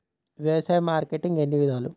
వ్యవసాయ మార్కెటింగ్ ఎన్ని విధాలు?